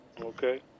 Okay